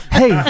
hey